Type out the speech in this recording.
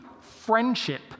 friendship